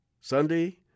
Sunday